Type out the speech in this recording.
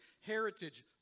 heritage